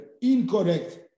incorrect